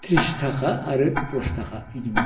थ्रिस थाखा आरो दस थाखा इदिमोन